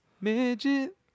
midget